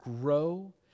grow